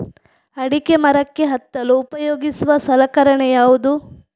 ಅಡಿಕೆ ಮರಕ್ಕೆ ಹತ್ತಲು ಉಪಯೋಗಿಸುವ ಸಲಕರಣೆ ಯಾವುದು?